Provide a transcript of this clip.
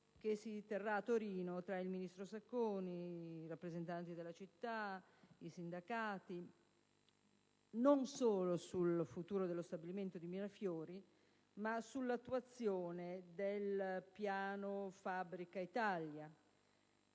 che si terrà a Torino tra il ministro Sacconi, i rappresentanti della città e i sindacati, non solo sul futuro dello stabilimento di Mirafiori, ma anche sull'attuazione del piano Fabbrica Italia.